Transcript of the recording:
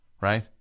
Right